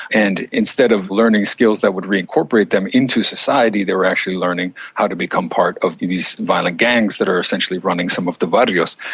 and instead of learning skills that would reincorporate them into society they were actually learning how to become part of these violent gangs that are essentially running some of the barrios.